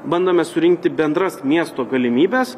bandome surinkti bendras miesto galimybes